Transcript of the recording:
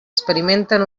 experimenten